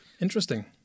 Interesting